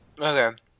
Okay